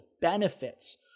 benefits